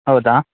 ಹೌದಾ